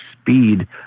speed